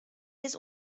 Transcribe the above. йөз